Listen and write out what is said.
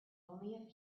only